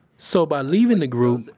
so by leaving the group,